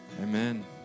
Amen